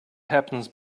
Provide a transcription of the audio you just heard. happens